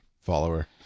Follower